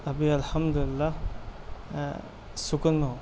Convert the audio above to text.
ابھی الحمد للہ سکون میں ہوں